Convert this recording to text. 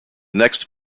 next